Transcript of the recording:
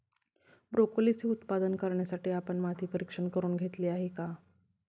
ब्रोकोलीचे उत्पादन करण्यासाठी आपण माती परीक्षण करुन घेतले आहे का?